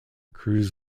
cruz